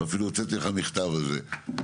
אפילו הוצאתי לך מכתב על זה.